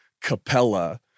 capella